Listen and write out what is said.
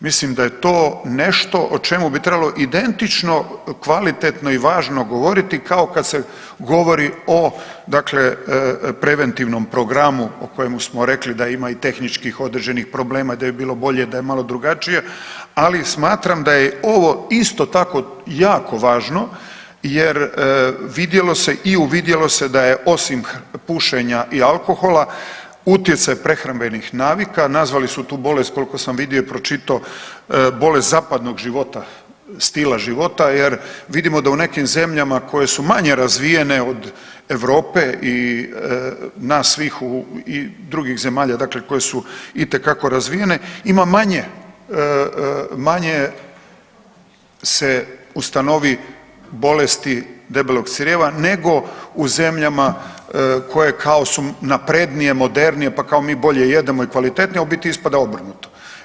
Mislim da je to nešto o čemu bi trebalo identično, kvalitetno i važno govoriti kao kad se govori o dakle o preventivnom programu o kojemu smo rekli da ima i tehničkih određenih problema i da bi bilo bolje da je malo drugačije, ali smatram da je ovo isto tako jako važno jer vidjelo se i uvidjelo se da je osim pušenja i alkohola utjecaj prehrambenih navika, nazvali su tu bolest koliko sam vidio i pročitao bolest zapadnog života, stila života jer vidimo da u nekim zemljama koje su manje razvijene od Europe i nas svih i drugih zemalja, dakle koje su itekako razvijene ima manje, manje se ustanovi bolesti debelog crijeva nego u zemljama koje kao su naprednije, modernije, pa kao mi bolje jedemo i kvalitetnije, a u biti ispada obrnuto.